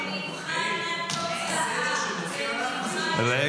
במבחן התוצאה, במבחן התוצאה.